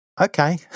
okay